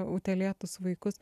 utėlėtus vaikus